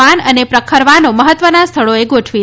van અને પ્રખર વાનો મહત્વના સ્થળો ગોઠવી છે